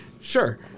Sure